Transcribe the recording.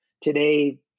Today